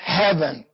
heaven